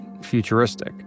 futuristic